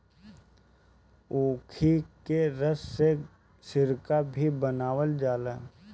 ऊखी के रस से सिरका भी बनावल जाला